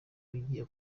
agiye